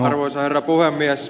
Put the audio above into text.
arvoisa herra puhemies